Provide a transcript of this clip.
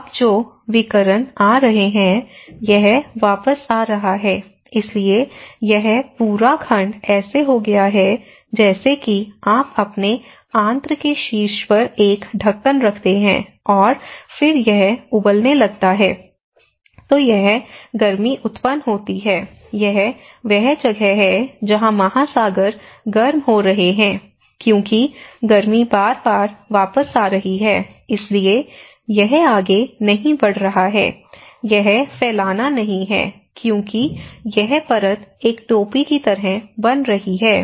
अब जो विकिरण आ रहे हैं यह वापस आ रहा है इसलिए यह पूरा खंड ऐसा हो गया है जैसे कि आप अपने आंत्र के शीर्ष पर एक ढक्कन रखते हैं और फिर यह उबलने लगता है तो यह गर्मी उत्पन्न होती है यह वह जगह है जहां महासागर गर्म हो रहे हैं क्योंकि गर्मी बार बार वापस आ रही है इसलिए यह आगे नहीं बढ़ रहा है यह फैलाना नहीं है क्योंकि यह परत एक टोपी की तरह बन रही है